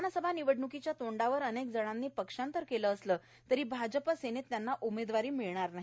विधानसभा निवडण्कीच्या तोंडावर अनेक जणांनी क्षांतर केलं असलं तरी भाज सेनेत त्यांना उमेदवारी मिळणार नाही